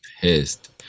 pissed